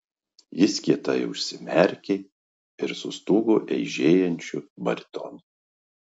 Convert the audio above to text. jis kietai užsimerkė ir sustūgo eižėjančiu baritonu